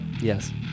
Yes